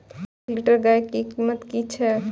एक लीटर गाय के कीमत कि छै?